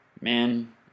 Man